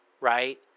right